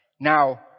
Now